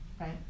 right